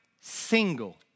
single